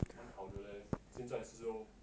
蛮好的 leh 现在时间